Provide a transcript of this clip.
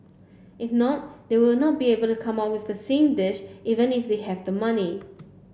if not they will not be able to come up with the same dish even if they have the money